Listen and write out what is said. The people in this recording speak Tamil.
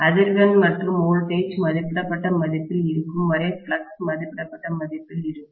அதிர்வெண் மற்றும் வோல்டேஜ் மதிப்பிடப்பட்ட மதிப்பில் இருக்கும் வரை ஃப்ளக்ஸ் மதிப்பிடப்பட்ட மதிப்பில் இருக்கும்